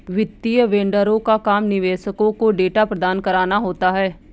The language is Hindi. वित्तीय वेंडरों का काम निवेशकों को डेटा प्रदान कराना होता है